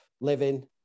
Living